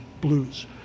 blues